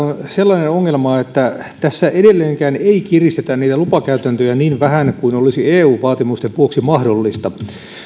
sellainen ongelma että tässä edelleenkään ei kiristetä lupakäytäntöjä niin vähän kuin olisi eu vaatimusten vuoksi mahdollista